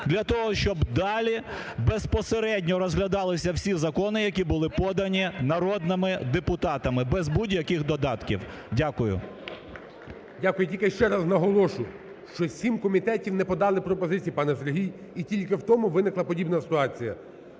для того, щоб далі безпосередньо розглядалися всі закони, які були подані народними депутатами без будь-яких додатків. Дякую. ГОЛОВУЮЧИЙ. Дякую. Тільки ще раз наголошу, що сім комітетів не подали пропозиції, пане Сергій, і тільки в тому виникла подібна ситуація.